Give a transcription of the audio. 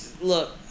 Look